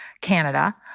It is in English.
Canada